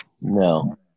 No